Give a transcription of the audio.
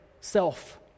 self